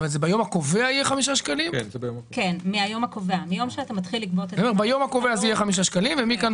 כלומר ביום הקובע זה יהיה 5 שקלים?